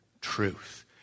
truth